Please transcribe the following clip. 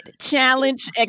Challenge